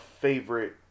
favorite